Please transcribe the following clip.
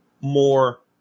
more